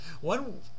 one